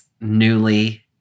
newly